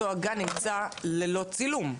אותו הגן נמצא ללא צילום.